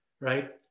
right